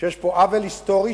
שיש פה עוול היסטורי,